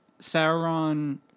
Sauron